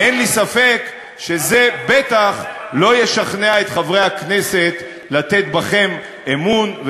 ואין לי ספק שזה בטח לא ישכנע את חברי הכנסת לתת בכם אמון,